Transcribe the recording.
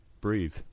breathe